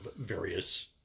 various